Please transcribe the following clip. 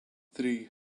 three